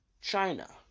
China